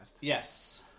Yes